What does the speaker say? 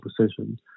position